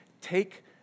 take